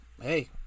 Hey